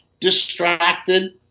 distracted